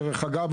דרך אגב,